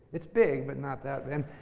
it's big, but not that and